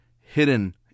hidden